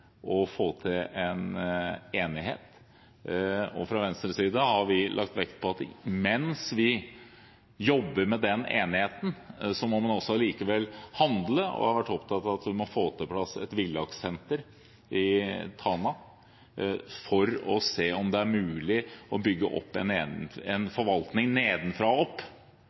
å få til en enighet, og fra Venstres side har vi lagt vekt på at mens vi jobber med den enigheten, må man også allikevel handle. Vi har vært opptatt av at vi må få på plass et villakssenter i Tana, for å se om det er mulig å bygge opp en forvaltning nedenfra og opp